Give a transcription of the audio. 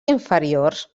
inferiors